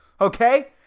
okay